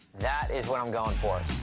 that is what i'm going for.